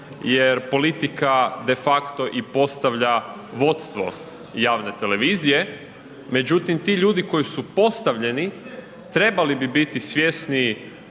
jer politika de facto i postavlja vodstvo javne televizije međutim ti ljudi koji su postavljeni, trebali bi biti svjesni